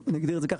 נגדיר את זה כך,